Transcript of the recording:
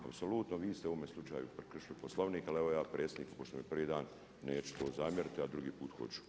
Apsolutno vi ste u ovom slučaju prekršili Poslovnik, ali evo predsjednik pošto mu je prvi dan neću to zamjeriti, a drugi put hoću.